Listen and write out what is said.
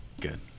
good